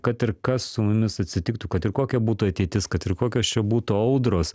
kad ir kas su jumis atsitiktų kad ir kokia būtų ateitis kad ir kokios čia būtų audros